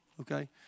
okay